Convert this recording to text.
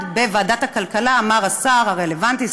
בוועדת הכלכלה אמר השר הרלוונטי,